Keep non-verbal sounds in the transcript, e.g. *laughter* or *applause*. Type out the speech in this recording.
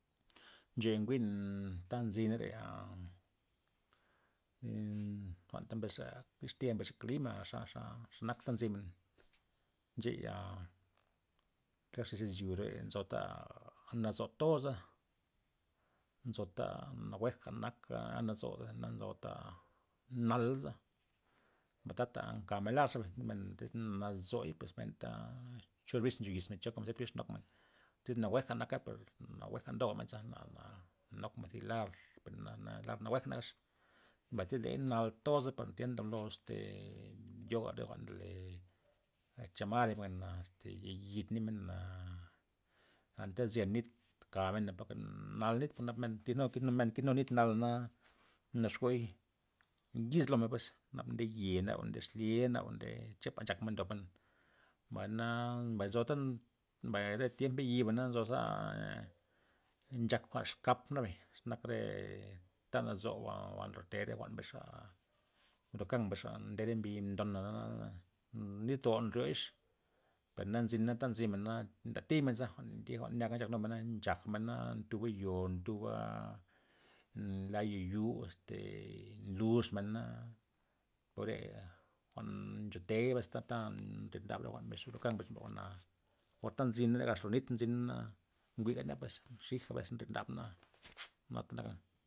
Ncheya njwi'n ta nzyna reya *hesitation* aa jwa'nta mbesxa distil'a mbesxa klima xa- xa xa nak ta nzymen ncheya, re xis izyore nzota' nazutoza nzota na jwe'ga naka na nazodana na nzota' nalaza mbay tata kamen lar zebay men tys nazuy pues benta chor biz ncho yismen cho kamizet bix nokmen, tyz nawuega naka per nawueja ndomen za na- na nokmen zi lar per na- na lar nawueja nakax, mbay tyz ley nal toza per tya ndablo este ee yoga jwa'n ndole chamar gokmena este yayid nimena', anta zyen nit kamen len popey nal nit por ke men ndoyij nu- kijnu nala'na naxkoy yislomen pues naba nde ye' naba nde xlye naba nde chepa nchak men ndobmen mbayna nzo ta mbay re tiem mbe yi'ba na nzo za nchak kwa'n exkap za nak re ta nazoba' jwa'n nryote re jwa'n mbesxa hurakan mbesxa, nde re mbi' mdona zara, nitoba nryo'x per na nzyna ta nzinana' ntatay men za thiba nyaga nchak numena nchagmena na ntuba yo ntuba la yoyu este nlux mena, jwa'reya jwa'n nchotey bes ta- ta nrydab jwa'n hurakan mbesxa jwa'na po ta nzina gax ro nit nzina'na njwi'geney pues xiga nrydabna bata naka.